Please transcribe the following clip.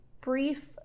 brief